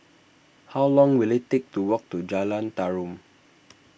how long will it take to walk to Jalan Tarum